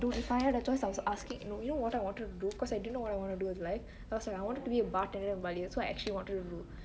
dude if I had a choice I was asking you know what I wanted to do because I didn't know what I wanted to do in life because I wanted to be a bartender in bali so I actually wanted to do